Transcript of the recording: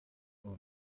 omens